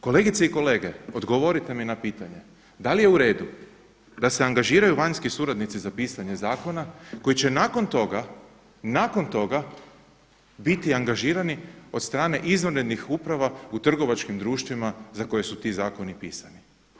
Kolegice i kolege, odgovorite mi na pitanje da li je u redu da se angažiraju vanjski suradnici za pisanje zakona koji će nakon toga, nakon toga biti angažirani od strane izvanrednih uprava u trgovačkim društvima za koje su ti zakoni pisani?